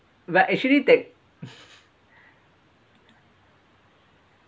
but actually tech